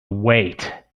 wait